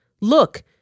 look